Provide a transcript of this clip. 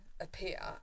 appear